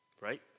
Right